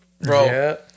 Bro